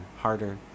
harder